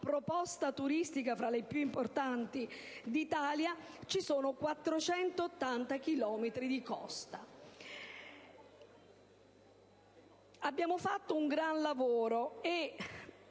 proposta turistica tra le più importanti d'Italia, vi sono 480 chilometri di costa. Abbiamo svolto un grande lavoro,